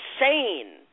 insane